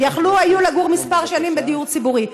הם יכלו לגור כמה שנים בדיור ציבורי.